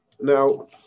Now